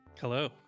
Hello